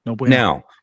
now